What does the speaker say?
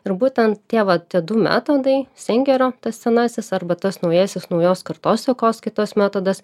ir būtent tie va tie du metodai singerio tas senasis arba tas naujasis naujos kartos sekoskaitos metodas